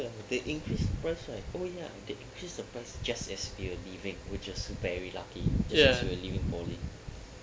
they increased price right oh ya they increased the price just when we were leaving which is very lucky just when we were leaving poly